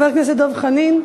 חבר הכנסת דב חנין.